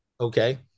Okay